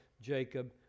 Jacob